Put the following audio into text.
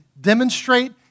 demonstrate